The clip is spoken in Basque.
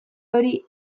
hori